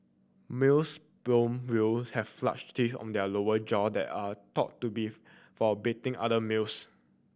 male sperm whale have flash teeth on their lower jaw that are thought to be for battling other males